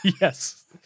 Yes